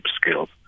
skills